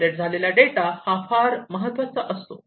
generate झालेला data हा फार महत्त्वाचा असतो